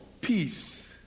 peace